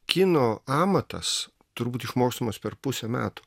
kino amatas turbūt išmokstamas per pusę metų